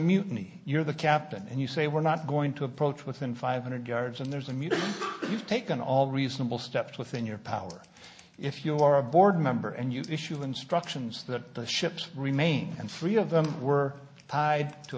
mutiny you're the captain and you say we're not going to approach within five hundred yards and there's a mutiny you've taken all reasonable steps within your power if you are a board member and you can issue instructions that the ships remain and three of them were tied to